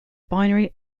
binary